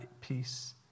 peace